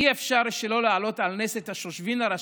אי-אפשר שלא להעלות על נס את השושבין הראשי,